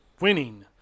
winning